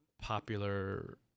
popular